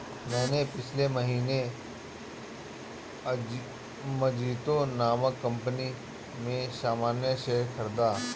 मैंने पिछले महीने मजीतो नामक कंपनी में सामान्य शेयर खरीदा